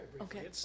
Okay